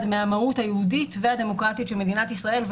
מהמהות היהודית והדמוקרטית של מדינת ישראל.